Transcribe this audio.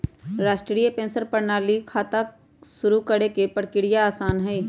राष्ट्रीय पेंशन प्रणाली में खाता शुरू करे के प्रक्रिया आसान हई